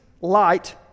light